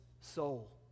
soul